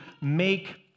make